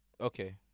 Okay